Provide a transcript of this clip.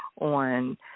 on